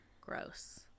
Gross